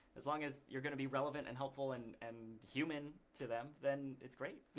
as long as you're gonna be relevant and helpful and and human to them, then it's great,